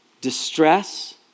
distress